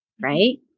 Right